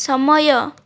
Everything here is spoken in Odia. ସମୟ